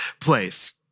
place